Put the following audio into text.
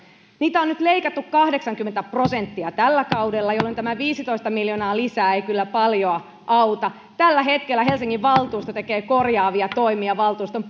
niitä on nyt leikattu kahdeksankymmentä prosenttia tällä kaudella jolloin tämä viisitoista miljoonaa lisää ei kyllä paljoa auta tällä hetkellä helsingin valtuusto tekee korjaavia toimia valtuuston